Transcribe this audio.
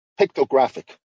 pictographic